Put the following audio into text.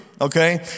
okay